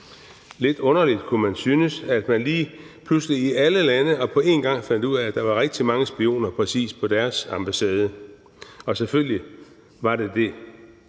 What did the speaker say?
lidt underligt, kan man synes, at man lige pludselig i alle lande og på en gang fandt ud af, at der var rigtig mange spioner præcis på deres ambassade – og selvfølgelig var der det.